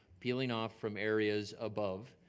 peeling off from areas above,